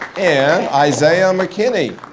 and isaiah mckinney.